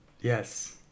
yes